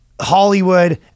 Hollywood